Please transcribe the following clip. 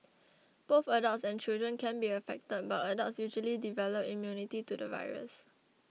both adults and children can be affected but adults usually develop immunity to the virus